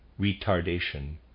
retardation